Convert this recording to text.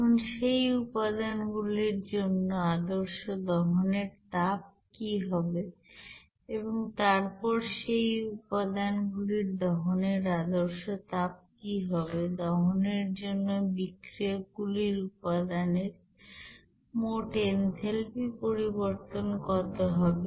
এখন সেই উপাদানগুলির জন্য আদর্শ দহনের তাপ কি হবে এবং তারপর সেই উপাদানগুলির দহনের আদর্শ তাপ কি হবে দহনের জন্য বিক্রিয়ক গুলির উপাদানের মোট এনথালপি পরিবর্তন কত হবে